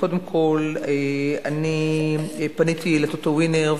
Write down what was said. קודם כול, פניתי ל"טוטו ווינר",